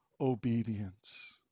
obedience